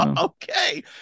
Okay